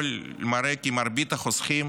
הכול מראה כי מרבית החוסכים